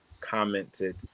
Commented